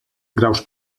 graus